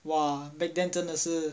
!wah! back then 真的是